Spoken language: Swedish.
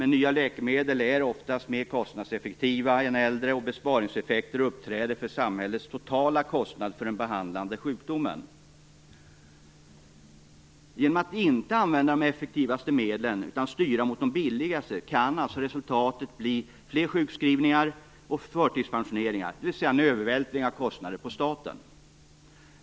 Nya läkemedel är dock oftast mer kostnadseffektiva än äldre, och besparingseffekter uppträder för samhällets totala kostnad för den behandlade sjukdomen. Genom att inte använda de effektivaste medlen utan styra mot de billigaste kan resultatet bli fler sjukskrivningar och förtidspensioneringar, dvs. en övervältring av kostnader på staten.